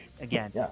again